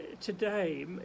today